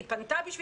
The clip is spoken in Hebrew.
בשביל